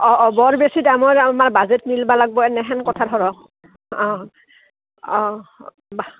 অঁ অঁ বৰ বেছি টাইমৰ আমাৰ বাজেট মিলবা লাগব এনেহেন কথা ধৰক অঁ অঁ